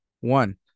one